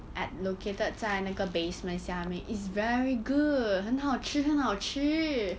at located 在那个 basement 下面 is very good 很好吃很好吃